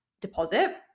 deposit